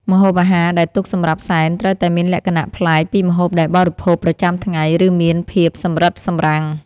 ម្ហូបអាហារដែលទុកសម្រាប់សែនត្រូវតែមានលក្ខណៈប្លែកពីម្ហូបដែលបរិភោគប្រចាំថ្ងៃ ឬមានភាពសម្រិតសម្រាំង។